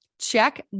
check